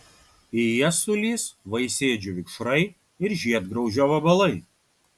į jas sulįs vaisėdžių vikšrai ir žiedgraužio vabalai